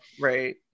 Right